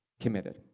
committed